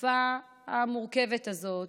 בתקופה המורכבת הזאת